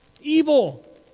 Evil